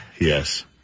Yes